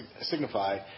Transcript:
signify